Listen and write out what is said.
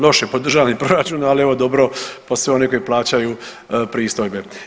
Loše po državni proračun, ali evo dobro po sve one koji plaćaju pristojbe.